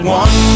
one